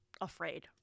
afraid